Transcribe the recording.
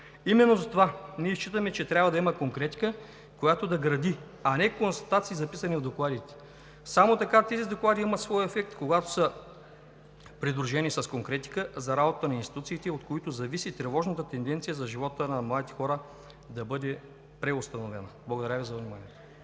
Именно затова, ние считаме, че трябва да има конкретика, която да гради, а не констатации, записани в докладите. Само така тези доклади имат своя ефект, когато са придружени с конкретика за работата на институциите, от които зависи тревожната тенденция за живота на младите хора да бъде преустановена. Благодаря Ви за вниманието.